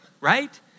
right